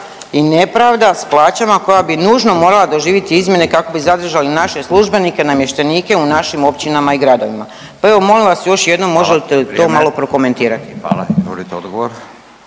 i nepravda s plaćama koja bi nužno morala doživjeti izmjene kako bi zadržali naše službenike, namještenike u našim općinama i gradovima. Pa evo, molim vas još jednom, .../Upadica: Hvala. Vrijeme./... možete li to